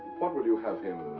what would you have him.